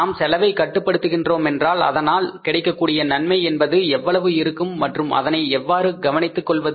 நாம் செலவை கட்டுப்படுத்துகிறோம் என்றால் அதனால் கிடைக்கக்கூடிய நன்மை என்பது எவ்வளவு இருக்கும் மற்றும் அதனை எவ்வாறு கவனித்துக் கொள்வது